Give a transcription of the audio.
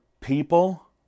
people